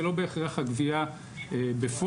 זה לא בהכרח הגבייה בפועל.